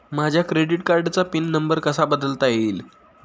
माझ्या क्रेडिट कार्डचा PIN number कसा बदलता येईल?